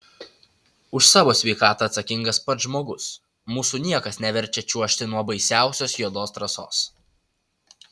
už savo sveikatą atsakingas pats žmogus mūsų niekas neverčia čiuožti nuo baisiausios juodos trasos